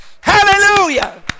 Hallelujah